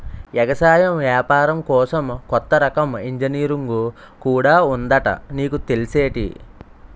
ఎగసాయం ఏపారం కోసం కొత్త రకం ఇంజనీరుంగు కూడా ఉందట నీకు తెల్సేటి?